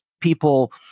people